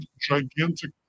gigantic